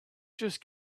just